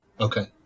Okay